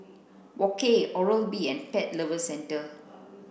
Wok Hey Oral B and Pet Lovers Centre